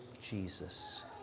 Jesus